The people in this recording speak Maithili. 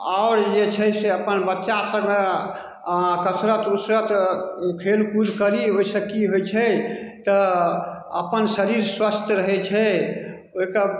आओर जे छै से अपन बच्चा सङ्गे आओर कसरत उसरत खेल कूद करी ओइसँ की होइ छै तऽ अपन शरीर स्वस्थ रहै छै ओइके